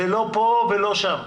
זה לא פה ולא שם.